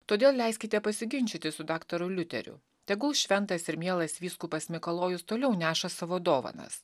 todėl leiskite pasiginčyti su daktaru liuteriu tegul šventas ir mielas vyskupas mikalojus toliau neša savo dovanas